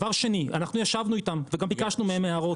דבר שני, אנחנו ישבנו איתם וגם ביקשנו מהם הערות.